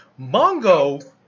Mongo